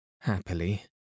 Happily